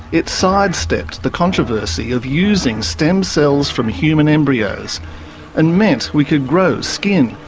it sidestepped the controversy of using stem cells from human embryos and meant we could grow skin,